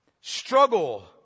struggle